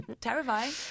terrifying